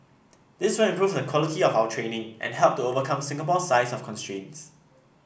this will improve the quality of our training and help to overcome Singapore's size constraints